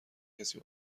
کسی